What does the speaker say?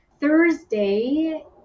Thursday